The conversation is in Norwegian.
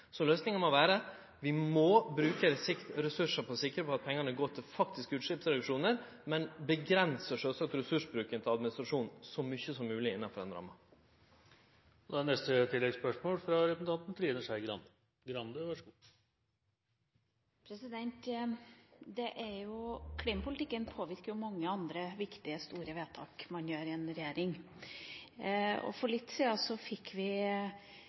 Løysinga må vere at vi må bruke ressursar på å sikre at pengane går til faktiske utsleppsreduskjonar, men vi må sjølvsagt avgrense ressursbruken til administrasjon så mykje som mogleg innanfor den ramma. Neste oppfølgingsspørsmål – Trine Skei Grande. Klimapolitikken påvirker jo mange andre viktige og store vedtak man gjør i en regjering. For litt siden fikk vi